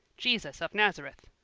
jesus of nazareth.